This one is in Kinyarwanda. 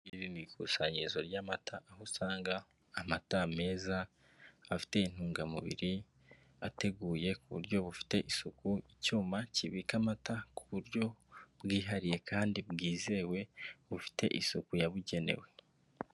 Iri ni ikusanyirizo ry'amata, aho usanga amata meza afite intungamubiri, ateguye ku buryo bufite isuku, icyuma kibika amata ku buryo bwihariye kandi bwizewe, bufite isuku yabugenewe.